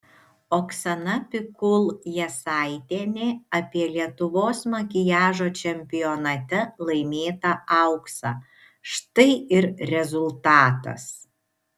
oksana pikul jasaitienė apie lietuvos makiažo čempionate laimėtą auksą štai ir rezultatas